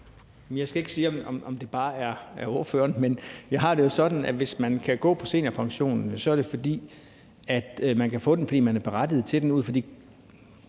Jeg skal ikke sige, om det bare er spørgeren, men jeg har det jo sådan, at hvis man kan gå på seniorpension, er det, fordi man kan få den, fordi man er berettiget til den ud fra